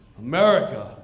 America